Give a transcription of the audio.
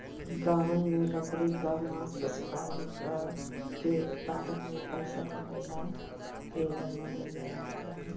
गांवन में बकरी कअ मांस पशुपालन के उत्पादन में पइसा कमइला के बढ़िया जरिया बाटे